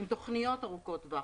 עם תוכניות ארוכות טווח.